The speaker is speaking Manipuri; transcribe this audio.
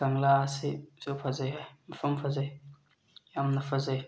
ꯀꯪꯂꯥꯁꯤꯁꯨ ꯐꯖꯩ ꯍꯥꯏ ꯃꯐꯝ ꯐꯖꯩ ꯌꯥꯝꯅ ꯐꯖꯩ